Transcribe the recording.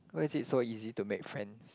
why is it so easy to make friends